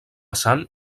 sant